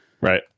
right